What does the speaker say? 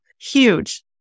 huge